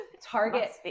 Target